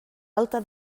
alta